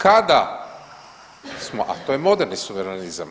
Kada smo, a to je moderni suverenizam.